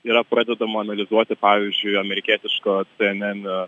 yra pradedama analizuoti pavyzdžiui amerikietiško cnn